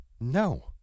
No